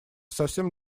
совсем